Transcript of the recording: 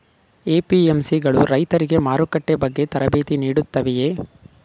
APMC ಗಳು ರೈತರಿಗೆ ಮಾರುಕಟ್ಟೆ ಬಗ್ಗೆ ತರಬೇತಿ ನೀಡುತ್ತವೆಯೇ?